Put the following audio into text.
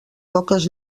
poques